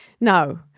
No